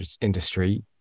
industry